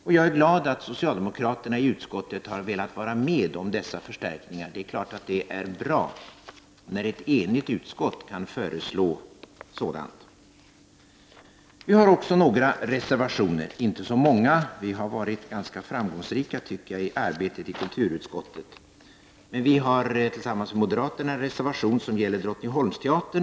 Jag är glad över att socialdemokraterna i utskottet har velat vara med om dessa förstärkningar. Det är bra när ett enigt utskott kan föreslå sådant. Vi har också några reservationer. De är inte så många. Vi har varit ganska framgångsrika i arbetet i kulturutskottet. Folkpartiet har tillsammans med moderaterna en reservation som gäller Drottningholmsteatern.